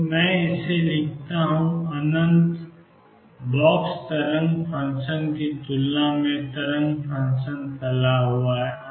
तो मैं इसे लिखता हूं अनंत बॉक्स तरंग फ़ंक्शन की तुलना में तरंग फ़ंक्शन फैला हुआ है